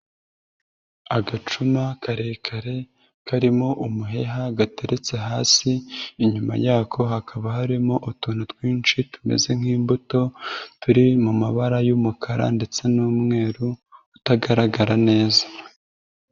Agacuma karekare karimo umuheha gateretse hasi, inyuma yako hakaba harimo utuntu twinshi tumeze nk'imbuto, turi mu mabara y'umukara ndetse n'umweru utagaragara neza.